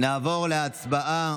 נעבור להצבעה.